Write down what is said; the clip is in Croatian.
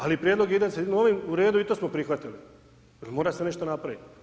Ali, prijedlog da se ide ovim, u redu, i to smo prihvatili jer mora se nešto napraviti.